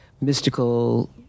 mystical